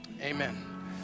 amen